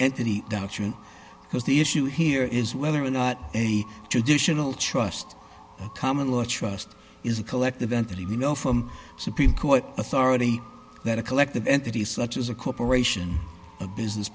entity doctrine because the issue here is whether or not a traditional trust common law trust is a collective entity you know from supreme court authority that a collective entity such as a corporation or a business